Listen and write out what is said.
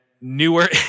newer